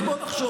אז בוא נחשוב.